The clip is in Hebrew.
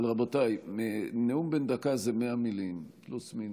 רבותיי, נאום בן דקה זה 100 מילים, פלוס מינוס.